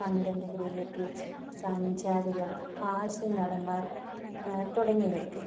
content creatives സഞ്ചാരികൾ ഹാസ്യനടന്മാർ തുടങ്ങിയവയൊക്കെ